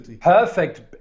perfect